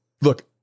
Look